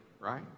right